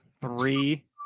three